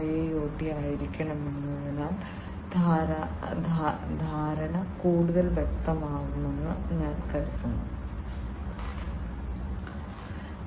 IoT യുമായി ബന്ധിപ്പിക്കുന്നതിന് ഉപയോഗിക്കാവുന്ന വ്യത്യസ്ത സെൻസറുകൾ ഞാൻ നിങ്ങൾക്ക് കാണിച്ചുതന്നിട്ടുണ്ട്